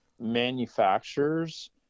manufacturers